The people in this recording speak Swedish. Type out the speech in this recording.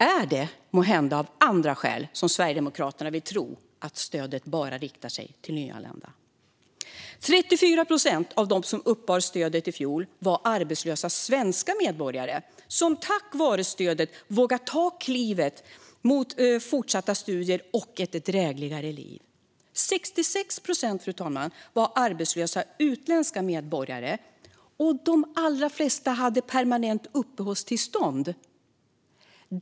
Är det måhända av andra skäl som Sverigedemokraterna vill tro att stödet bara riktar sig till nyanlända? Av dem som uppbar stödet i fjol var 34 procent arbetslösa svenska medborgare som tack vare stödet vågade ta klivet mot fortsatta studier och ett drägligare liv. Det var 66 procent som var arbetslösa utländska medborgare, och de allra flesta hade permanent uppehållstillstånd.